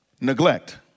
Neglect